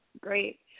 Great